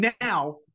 now